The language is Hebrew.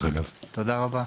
תודה רבה.